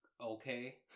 okay